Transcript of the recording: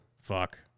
Fuck